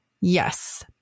Yes